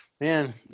man